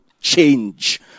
change